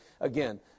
Again